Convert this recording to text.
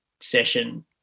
session